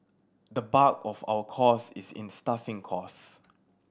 the bulk of our cost is in staffing cost